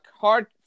hard